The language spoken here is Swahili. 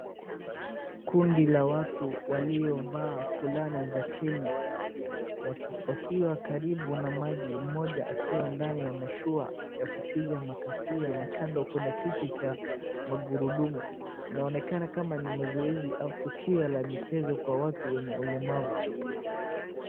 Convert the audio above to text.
Kundi la watu waliovaa fulana za Kenya wakiwa karibu na maji. Mmoja akiwa ndani ya mashua ya kupiga makasia, na kando kuna kiti cha magurudumu. Inaonekana kama ni mazoezi au tukio la michezo kwa watu wenye ulemavu.